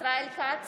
ישראל כץ,